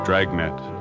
Dragnet